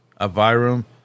Aviram